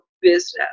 business